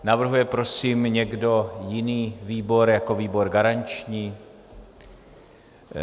Navrhuje prosím někdo jiný výbor jako výbor garanční?